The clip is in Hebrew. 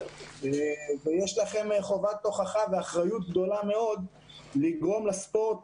יש לכם חובת הוכחה ואחריות גבוהה מאוד לגרום לספורט